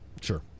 sure